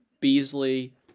Beasley